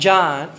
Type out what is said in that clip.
John